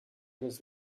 this